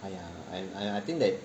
!aiya! I I think that